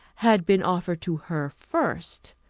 had been offered to her first.